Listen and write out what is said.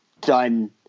done